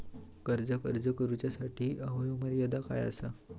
कर्जाक अर्ज करुच्यासाठी वयोमर्यादा काय आसा?